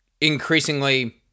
increasingly